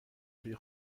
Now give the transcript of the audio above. توی